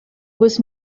was